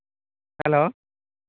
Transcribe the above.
hello